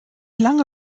lange